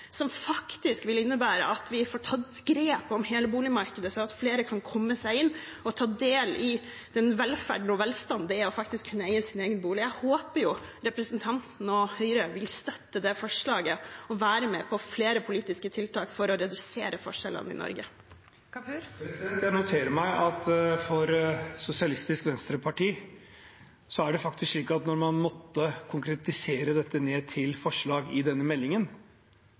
som faktisk vil innebære at vi får tatt grep om hele boligmarkedet, sånn at flere kan komme seg inn og ta del i den velferden og velstanden det er faktisk å kunne eie sin egen bolig. Jeg håper representanten og Høyre vil støtte det forslaget og være med på flere politiske tiltak for å redusere forskjellene i Norge. Jeg noterer meg at for Sosialistisk Venstreparti er det faktisk slik at når man må konkretisere dette ned til forslag i forbindelse med denne meldingen,